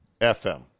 FM